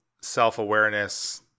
self-awareness